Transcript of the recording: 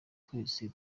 twese